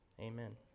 Amen